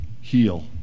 heal